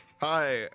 Hi